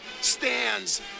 stands